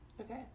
okay